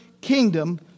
kingdom